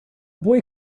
boy